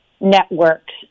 networks